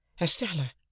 Estella